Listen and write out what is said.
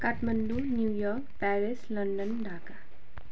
Kathmandu New York Paris London Dhaka